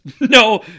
No